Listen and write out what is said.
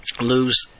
lose